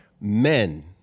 men